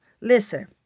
Listen